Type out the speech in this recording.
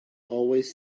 always